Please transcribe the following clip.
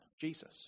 Jesus